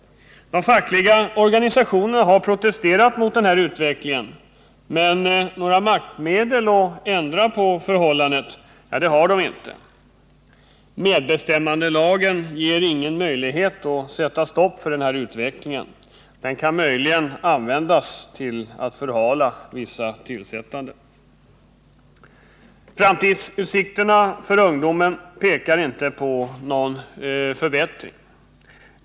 De fackliga organisationerna har protesterat mot den här utvecklingen, men några maktmedel att ändra på förhållandet har de inte. Medbestämmandelagen ger ingen möjlighet att sätta stopp för denna utveckling. Den kan möjligen användas för att förhala vissa tillsättanden. Framtidsutsikterna för ungdomen tyder inte på någon förbättring.